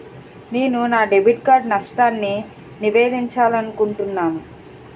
నేను నా debit card నష్టాన్ని నివేదించాలనుకుంటున్నాను